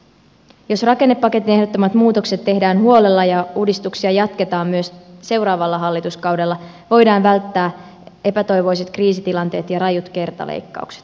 jos rakennepaketin ehdottamat muutokset tehdään huolella ja uudistuksia jatketaan myös seuraavalla hallituskaudella voidaan välttää epätoivoiset kriisitilanteet ja rajut kertaleikkaukset